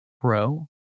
Pro